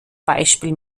beispiel